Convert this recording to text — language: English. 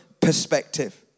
perspective